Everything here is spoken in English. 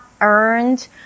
earned